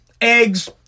eggs